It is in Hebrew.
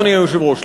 אדוני היושב-ראש,